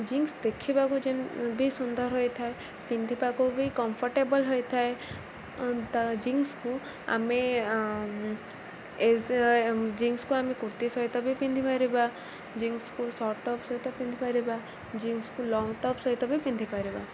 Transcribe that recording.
jeans ଦେଖିବାକୁ ବି ସୁନ୍ଦର ହୋଇଥାଏ ପିନ୍ଧିବାକୁ ବି କମ୍ଫର୍ଟେବଲ୍ ହୋଇଥାଏ ଜିନ୍ସକୁ ଆମେ ଜିନ୍ସକୁ ଆମେ କୁର୍ତ୍ତୀ ସହିତ ବି ପିନ୍ଧିପାରିବା ଜିନ୍ସକୁ ସର୍ଟ ଟପ୍ ସହିତ ପିନ୍ଧିପାରିବା ଜିନ୍ସକୁ ଲଙ୍ଗ ଟପ୍ ସହିତ ବି ପିନ୍ଧିପାରିବା